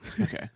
Okay